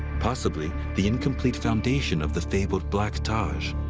possibly, the incomplete foundation of the fabled black taj.